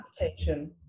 Adaptation